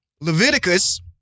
Leviticus